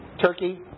turkey